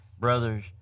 brothers